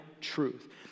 truth